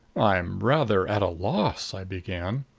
i'm rather at a loss i began.